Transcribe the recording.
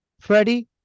Freddie